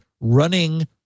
running